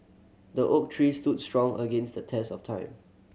the oak tree stood strong against the test of time